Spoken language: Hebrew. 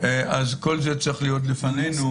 כל זה צריך להיות לפנינו,